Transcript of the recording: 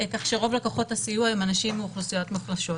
כך שרוב לקוחות הסיוע הם אנשים מאוכלוסיות מוחלשות.